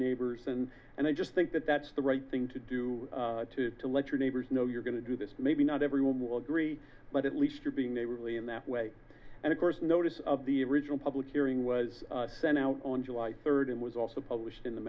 neighbors and and i just think that that's the right thing to do to let your neighbors know you're going to do this maybe not everyone will agree but at least you're being neighborly in that way and of course a notice of the original public hearing was sent out on july third and was also published in the